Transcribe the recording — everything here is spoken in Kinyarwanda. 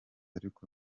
ariko